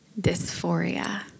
dysphoria